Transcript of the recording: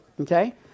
okay